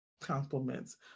compliments